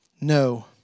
No